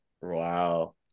Wow